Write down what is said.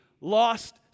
lost